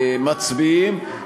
מצביעים,